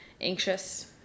anxious